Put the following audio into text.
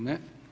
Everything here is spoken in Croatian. Ne.